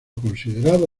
considerado